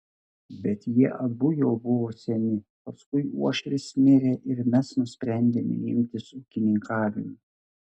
bet jie abu jau buvo seni paskui uošvis mirė ir mes nusprendėme imtis ūkininkavimo